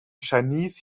chinese